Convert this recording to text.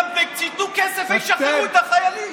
תיתנו כסף, תשחררו את החיילים.